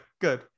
Good